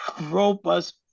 robust